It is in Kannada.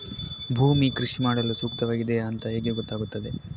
ಭೂಮಿ ಕೃಷಿ ಮಾಡಲು ಸೂಕ್ತವಾಗಿದೆಯಾ ಅಂತ ಹೇಗೆ ಗೊತ್ತಾಗುತ್ತದೆ?